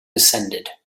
descended